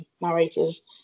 narrators